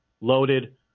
loaded